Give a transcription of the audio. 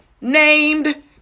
named